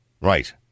Right